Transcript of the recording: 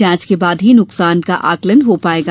जांच के बाद ही नुकसान का आंकलन हो पायेगा